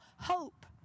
hope